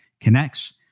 connects